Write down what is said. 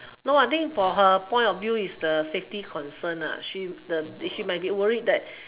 no I think for her point of view is the safety concern she the she might be worried that